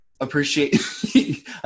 appreciate